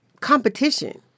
Competition